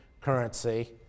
currency